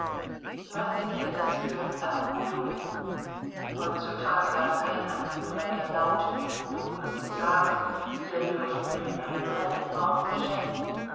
was sind denn das für erholungen heutzutage darf kein anführer mehr laut und unumwunden sagen ihr dürft plündern brennen morden schänden